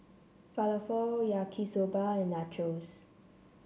Falafel Yaki Soba and Nachos